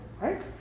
right